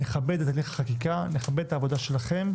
נכבד את הליך החקיקה ואת עבודתכם.